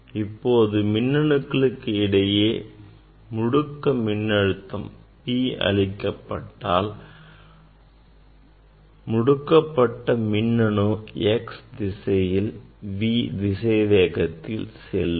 இப்போது மின்வாய்களுக்கு இடையே முடுக்க மின்னழுத்தம் P அளிக்கப்பட்டால் முடுக்கப்பட்ட மின்னணு x திசையில் V திசை வேகத்தில் செல்லும்